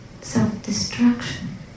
self-destruction